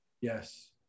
Yes